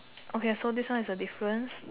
okay so this one is the difference